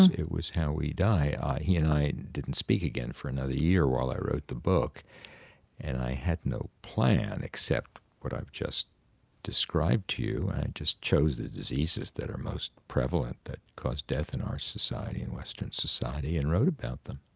it was how we die. he and i didn't speak again for another year while i wrote the book and i had no plan except what i've just described to you and i just chose the diseases that are most prevalent that cause death in our society, in western society, and wrote about them.